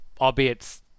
albeit